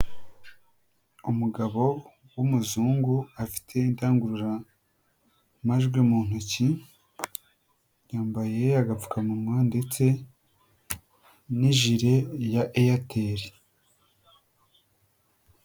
Umugabo w'umuzungu afite indangururamajwi mu ntoki, yambaye agapfukamunwa ndetse n'ijire ya Airtel.